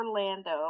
orlando